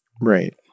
Right